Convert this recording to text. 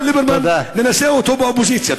אבל ליברמן, ננסה אותו באופוזיציה.